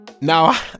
Now